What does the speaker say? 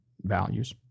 values